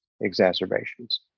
exacerbations